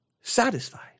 satisfied